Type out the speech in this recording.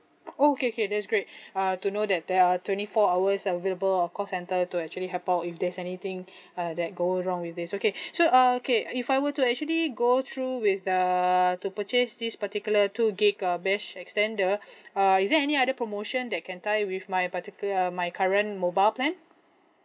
oh okay okay that's great uh to know that there are twenty four hours available of call center to actually help out if there's anything uh that goes wrong with this okay so uh okay if I were to actually go through with err to purchase this particular two gigabyte uh mesh extender uh is there any other promotion that can tie with my particular uh my current mobile plan